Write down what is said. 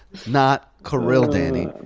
not kirill, danny.